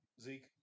Zeke